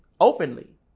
openly